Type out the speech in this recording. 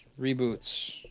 Reboots